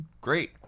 great